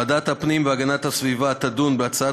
ועדת הפנים והגנת הסביבה תדון בהצעת